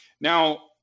now